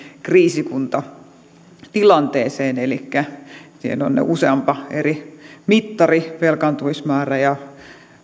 kriisikuntatilanteeseen elikkä siihen on useampi eri mittari velkaantumismäärä ja